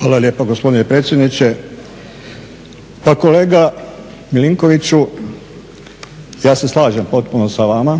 Hvala lijepa gospodine predsjedniče. Pa kolega Milinkoviću, ja se slažem potpuno sa vama.